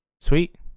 Sweet